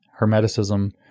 hermeticism